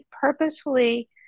purposefully